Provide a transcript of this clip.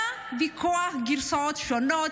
היה ויכוח, היו גרסאות שונות: